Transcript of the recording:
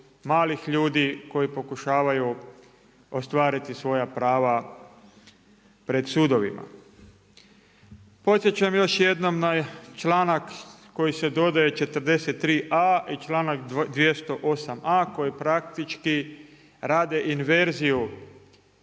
malih ljudi koji pokušavaju ostvariti svoja prava pred sudovima. Podsjećam još jednom na članak koji se dodaje 43.a i članak 208.a koji praktički rade inverziju